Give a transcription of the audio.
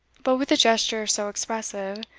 but with a gesture so expressive,